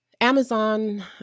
Amazon